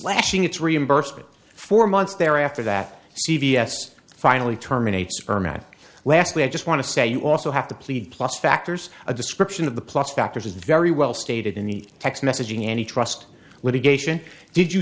slashing its reimbursement for months there after that c v s finally terminate sperm and lastly i just want to say you also have to plead plus factors a description of the plot factors is very well stated in the text messaging any trust litigation did you